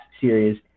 series